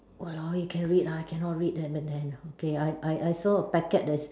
!walao! eh you can read ah I cannot read M N M okay I I saw a packet that's